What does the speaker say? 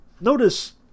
Notice